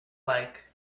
like